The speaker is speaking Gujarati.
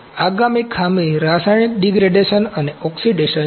આગામી ખામી રાસાયણિક ડિગ્રેડેશન અને ઓક્સિડેશન છે